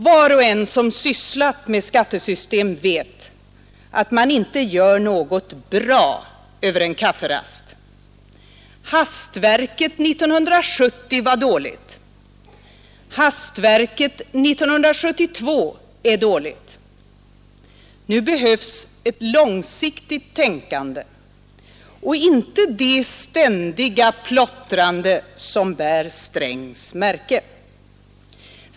Var och en som sysslat med skattesystem vet att man inte gör något bra över en kafferast. Hastverket 1970 var dåligt. Hastverket 1972 är dåligt. Nu behövs ett långsiktigt tänkande och inte det ständiga plottrande som bär Strängs märke.